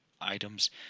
items